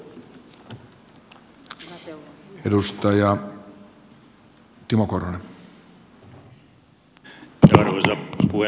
arvoisa puhemies